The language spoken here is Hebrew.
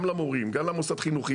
גם למורים וגם להורים.